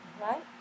Right